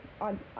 on